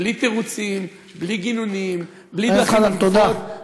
בלי תירוצים, בלי גינונים, בלי, תודה.